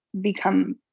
become